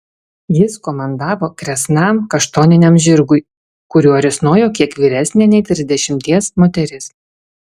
jis komandavo kresnam kaštoniniam žirgui kuriuo risnojo kiek vyresnė nei trisdešimties moteris